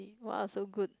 !wow! so good